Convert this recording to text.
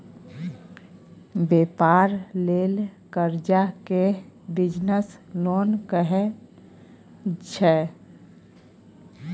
बेपार लेल करजा केँ बिजनेस लोन कहै छै